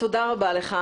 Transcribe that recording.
תודה רבה לך.